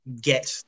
Get